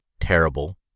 terrible